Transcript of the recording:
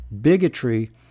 bigotry